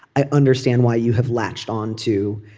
i understand why you have latched on to.